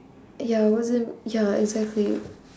ya I wasn't ya exactly